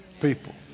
people